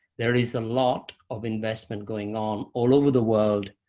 there is a lot of investment going on all over the world,